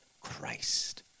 Christ